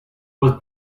was